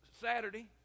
Saturday